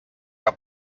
que